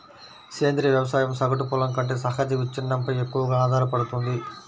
సేంద్రీయ వ్యవసాయం సగటు పొలం కంటే సహజ విచ్ఛిన్నంపై ఎక్కువగా ఆధారపడుతుంది